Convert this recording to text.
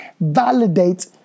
validate